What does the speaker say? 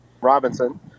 Robinson